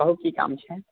कहू की काम छै